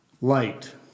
light